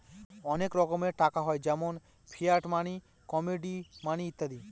অনেক রকমের টাকা হয় যেমন ফিয়াট মানি, কমোডিটি মানি ইত্যাদি